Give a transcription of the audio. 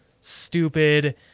stupid